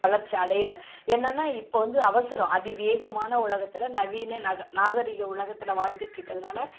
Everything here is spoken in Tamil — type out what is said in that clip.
வளர்ச்சி அடையலை என்னன்னா இப்போ வந்து அவசரம் அதி வேகமான உலகத்தில் நவீன நாகரிக உலகத்தில் வாழ்ந்துட்ருக்கிறதுனால